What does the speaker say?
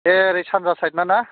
बे ओरै सानजा सायेदना ना